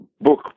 book